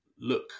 look